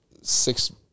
six